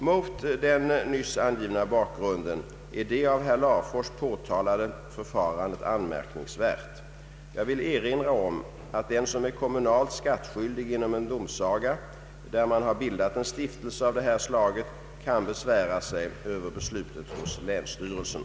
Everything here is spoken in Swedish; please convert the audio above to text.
Mot den nyss angivna bakgrunden är det av herr Larfors påtalade förfarandet anmärkningsvärt. Jag vill erinra om att den som är kommunalt skattskyldig inom en domsaga där man har bildat en stiftelse av det här slaget kan besvära sig över beslutet hos länsstyrelsen.